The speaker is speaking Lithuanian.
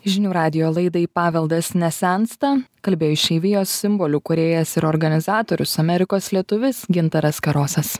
žinių radijo laidai paveldas nesensta kalbėjo išeivijos simbolių kūrėjas ir organizatorius amerikos lietuvis gintaras karosas